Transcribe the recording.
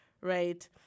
right